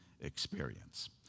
experience